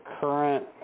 current